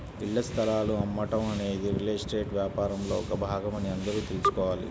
ఇళ్ల స్థలాలు అమ్మటం అనేది రియల్ ఎస్టేట్ వ్యాపారంలో ఒక భాగమని అందరూ తెల్సుకోవాలి